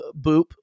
Boop